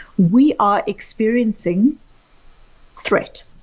we are experiencing threat.